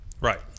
Right